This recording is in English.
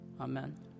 Amen